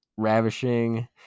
ravishing